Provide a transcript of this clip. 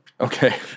Okay